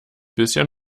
bisher